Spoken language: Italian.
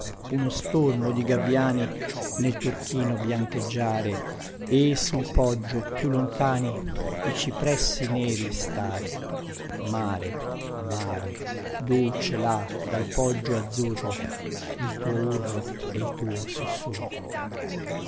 uno stormo di gabbiani nel turchino biancheggiare e sul poggio più lontani i cipressi neri stare mare mare dolce là dal poggio azzurro il tuo urlo e il tuo sussurro